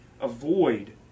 avoid